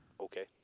okay